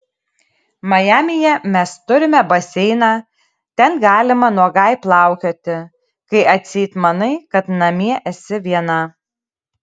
majamyje mes turime baseiną ten galima nuogai plaukioti kai atseit manai kad namie esi viena